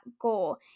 goal